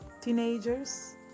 teenagers